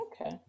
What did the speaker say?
Okay